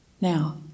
Now